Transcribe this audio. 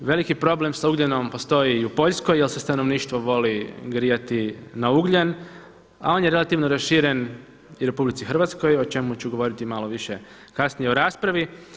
Veliki problem sa ugljenom postoji i u Poljskoj jer se stanovništvo voli grijati na ugljen a on je relativno raširen i u RH o čemu ću govoriti manje-više kasnije u raspravi.